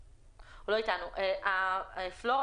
פלורה,